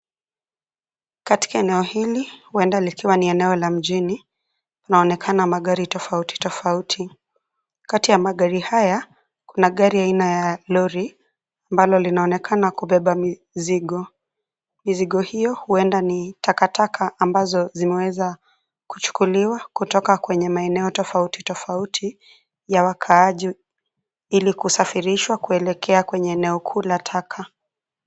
Katika eneo hili huenda likiwa ni eneo la mjini, kunaonekana magari tofauti, tofauti. Kati ya magari haya kuna gari aina ya lori ambalo linaonekana kubeba mizigo. Mizigo hiyo huenda ni takataka ambazo zimeweza kuchukuliwa kutoka kwenye maeneo tofauti, tofauti ya wakaaji ili kusafirishwa kuelekea kwenye eneo kuu la taka.